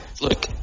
look